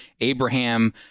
Abraham